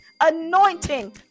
anointing